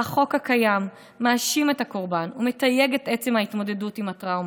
והחוק הקיים מאשים את הקורבן ומתייג את עצם ההתמודדות עם הטראומה.